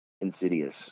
Insidious